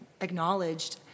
acknowledged